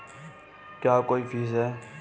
क्या कोई फीस है?